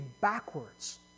backwards